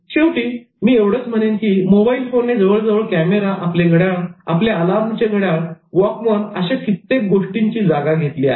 शेवटी मी एवढंच म्हणेन की मोबाईल फोनने जवळजवळ कॅमेरा आपले घड्याळ आपले अलार्म चे घड्याळ वॉकमन अशा कित्येक गोष्टींची जागा घेतली आहे